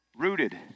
Rooted